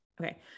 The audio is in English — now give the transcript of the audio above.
Okay